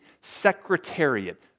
Secretariat